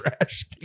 trash